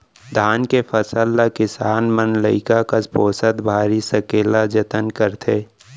धान के फसल ल किसान मन लइका कस पोसत भारी सकेला जतन करथे